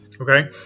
Okay